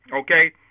okay